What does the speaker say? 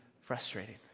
frustrating